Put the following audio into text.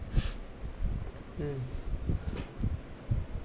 mm